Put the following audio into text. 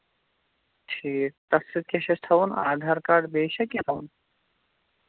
ٹھیٖک تَتھ سۭتۍ کیٛاہ چھُ اَسہِ تھاوُن آدھار کارڈ بیٚیہِ چھا کیٚنٛہہ تھاوُن